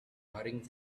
hurrying